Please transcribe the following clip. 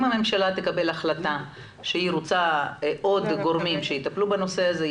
אם הממשלה תקבל החלטה שהיא רוצה עוד גורמים שיטפלו בנושא הזה,